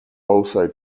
also